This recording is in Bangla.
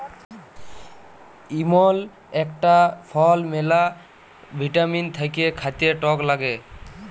ইমল ইকটা ফল ম্যালা ভিটামিল থাক্যে খাতে টক লাগ্যে